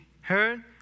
heard